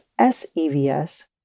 SEVS